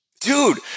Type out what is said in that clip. Dude